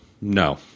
no